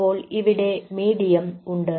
അപ്പോൾ ഇവിടെ മീഡിയം ഉണ്ട്